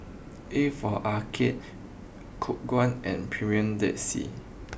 A for Arcade Khong Guan and Premier Dead Sea